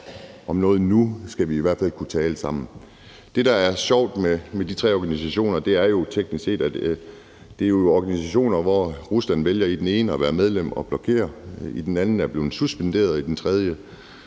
om noget skal vi i hvert fald nu kunne tale sammen. Det, der er sjovt med de tre organisationer, er jo teknisk set, at det er organisationer, hvor Rusland i den ene vælger at være medlem og blokere, i den anden er blevet suspenderet og i den tredje